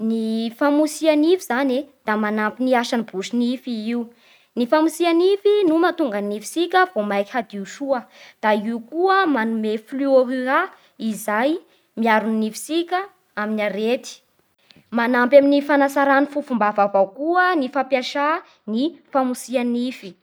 Ny famitsia-nify zany e, da manampy ny asan'gny brosy nify i io. Ny famotsia-nify no mahatonga ny nifisika vomaiky hadio soa, da io koa manome fluorura izay miaro gny nifisika amin'ny arety. Manampy amin'gny fanatsara ny fofom-bava avao koa ny fampiasa ny famotsia-nify.